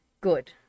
good